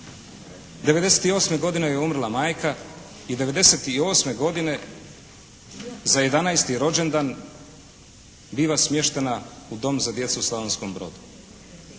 '98. godine joj je umrla majka i '98. godine za 11. rođendan biva smještena u Dom za djecu u Slavonskom Brodu